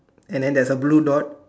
and then there's a blue dot